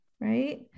right